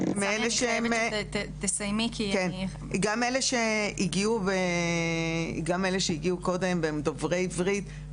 גם אלה שהגיעו קודם והם דוברי עברית,